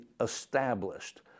established